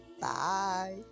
Bye